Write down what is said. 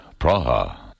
Praha